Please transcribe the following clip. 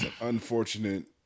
unfortunate